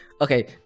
okay